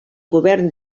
govern